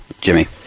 Jimmy